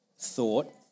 thought